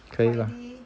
可以 lah